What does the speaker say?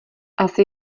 asi